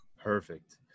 Perfect